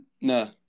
No